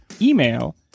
Email